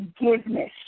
forgiveness